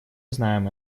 знаем